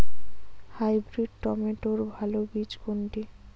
Hybrid টমেটোর ভালো বীজ কোনটি?